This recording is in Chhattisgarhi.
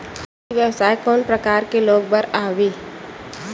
ई व्यवसाय कोन प्रकार के लोग बर आवे?